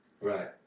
right